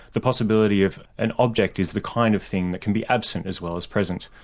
the possibility of an object is the kind of thing that can be absent as well as present.